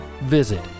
Visit